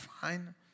fine